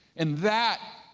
and that,